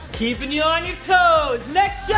keeping you on your toes. next yeah